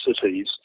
cities